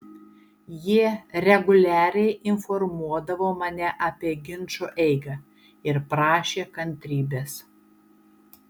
jie reguliariai informuodavo mane apie ginčo eigą ir prašė kantrybės